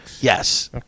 Yes